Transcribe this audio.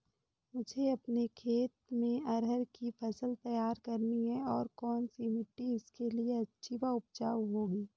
मुझे अपने खेत में अरहर की फसल तैयार करनी है और कौन सी मिट्टी इसके लिए अच्छी व उपजाऊ होगी?